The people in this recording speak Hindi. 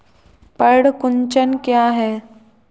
पर्ण कुंचन क्या है?